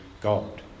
God